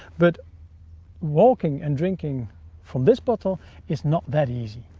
but walking and drinking from this bottle is not that easy.